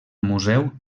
museu